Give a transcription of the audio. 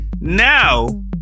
Now